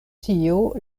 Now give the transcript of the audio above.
tio